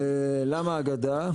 למה הגדה?